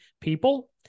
people